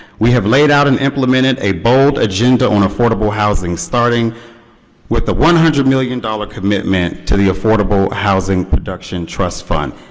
we have laid out and implemented a bold agenda on affordable housing starting with the one hundred million-dollar commitment to the affordable housing production trust fund.